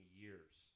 years